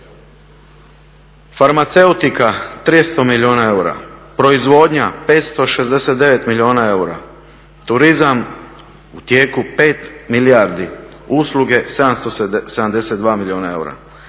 farmaceutika 300 milijuna eura, proizvodnja 569 milijuna eura, turizam u tijeku 5 milijardi, usluge 772 milijuna eura.